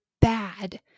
bad